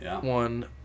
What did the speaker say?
one